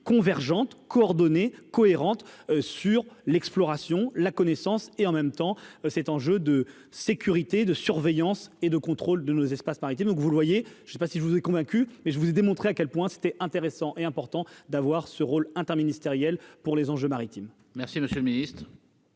convergentes coordonnée, cohérente sur l'exploration, la connaissance et en même temps cet enjeu de sécurité, de surveillance et de contrôle de nos espaces maritimes, donc vous le voyez, je sais pas si vous avez convaincu, mais je vous ai démontrer à quel point c'était intéressant et important d'avoir ce rôle interministériel pour les enjeux maritimes. Merci, monsieur le Ministre,